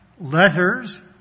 letters